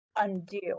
undo